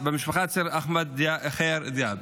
אצל אחמד חיר דיאב.